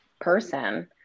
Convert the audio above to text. person